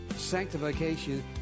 sanctification